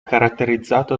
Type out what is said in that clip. caratterizzato